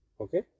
Okay